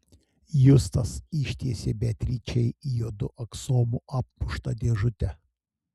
justas ištiesė beatričei juodu aksomu apmuštą dėžutę